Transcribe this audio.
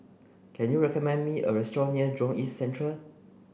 can you recommend me a restaurant near Jurong East Central